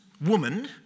Woman